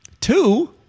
Two